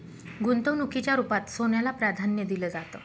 गुंतवणुकीच्या रुपात सोन्याला प्राधान्य दिलं जातं